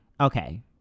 okay